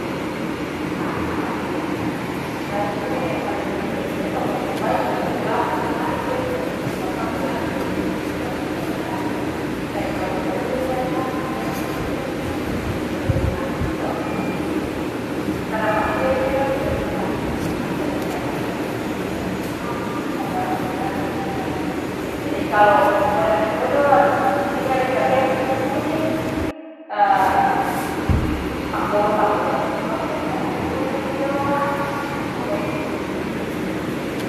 Kas pakiang, lalu suda yang paleng penting itu kalu baju su rapi, su manis bagitu, lah pake manis-manis, cantik-cantik, rapi-rapi, supaya kalu nyong lia ka, nona lia ka, bisa jatu hati to akang bagitu. Karna pakiang juga menentukan masa depan pernikahan anda ke depan saudara-saudara basudarae. Jadi kalu mo dapa jodo lalu tinggal deng pakiang kuning-kuning takoro-takoro jodo apa yang mo datang, jodo lia jua jodo lari akang bagitu.